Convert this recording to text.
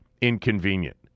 inconvenient